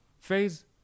phase